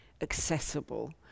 accessible